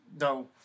no